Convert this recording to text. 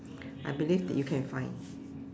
I believe that you can find